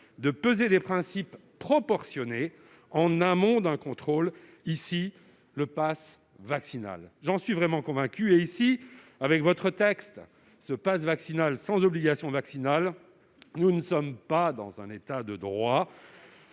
de peser des principes proportionnés en amont d'un contrôle- ici, le passe vaccinal. J'en suis vraiment convaincu ! Or, avec ce texte et un passe vaccinal sans obligation vaccinale, nous ne sommes pas dans un État de droit